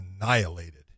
annihilated